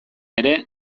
ere